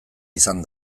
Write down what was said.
izan